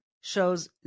shows